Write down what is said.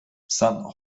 san